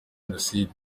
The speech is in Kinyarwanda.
jenoside